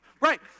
Right